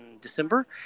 december